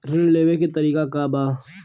ऋण लेवे के तरीका का बा?